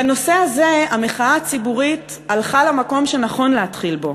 בנושא הזה המחאה הציבורית הלכה למקום שנכון להתחיל בו,